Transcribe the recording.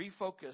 refocus